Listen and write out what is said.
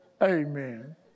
Amen